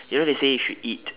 you know they say if you eat